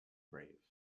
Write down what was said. brave